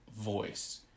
voice